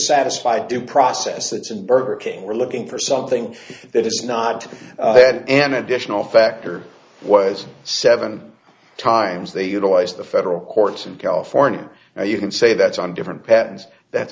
satisfy due process and burger king we're looking for something that is not to add an additional factor was seven times they utilize the federal courts in california now you can say that's on different patterns that's